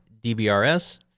DBRS